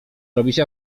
robić